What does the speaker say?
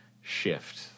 shift